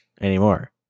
anymore